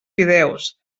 fideus